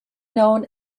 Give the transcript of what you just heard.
known